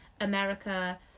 America